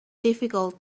difficult